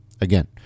Again